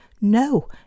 No